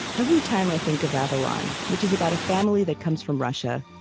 every time i think of avalon, which is about a family that comes from russia,